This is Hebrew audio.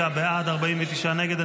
59 בעד, 49 נגד.